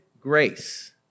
grace